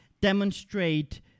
demonstrate